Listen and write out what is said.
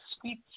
sweet